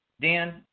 Dan